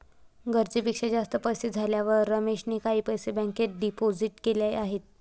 गरजेपेक्षा जास्त पैसे झाल्यावर रमेशने काही पैसे बँकेत डिपोजित केलेले आहेत